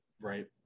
Right